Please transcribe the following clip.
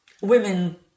women